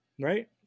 right